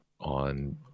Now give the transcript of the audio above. on